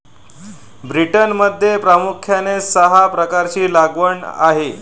ब्रिटनमध्ये प्रामुख्याने सहा प्रकारची लागवड आहे